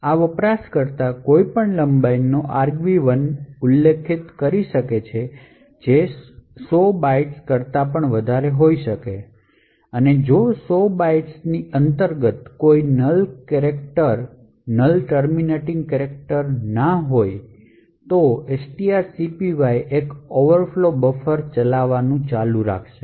આ વપરાશકર્તા કોઈપણ લંબાઈનો argv1 ઉલ્લેખ કરી શકશે જે 100 બાઇટ્સ કરતા વધારે હોઈ શકે અને જો 100 બાઇટ્સ ની અંતર્ગત કોઈ નલ ટર્મિનેશન અક્ષર ન હોય તો strcpy એક ઓવરફ્લો બફર ચલાવવાનું ચાલુ રાખશે